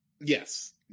Yes